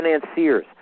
financiers